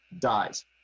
dies